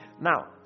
Now